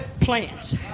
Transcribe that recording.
plans